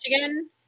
Michigan